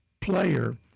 player